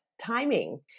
timing